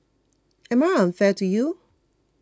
am I unfair to you